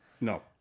No